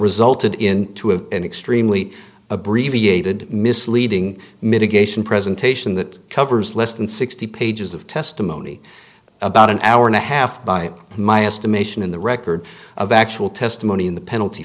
resulted in to have an extremely abbreviated misleading mitigation presentation that covers less than sixty pages of testimony about an hour and a half by my estimation in the record of actual testimony in the penalty